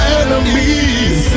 enemies